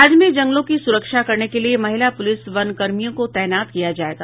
राज्य में जंगलों की सुरक्षा करने के लिए महिला पुलिस वनकर्मियों को तैनात किया जायेगा